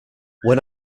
when